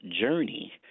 Journey